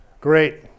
Great